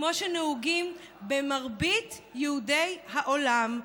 כמו שנוהגים מרבית יהודי העולם,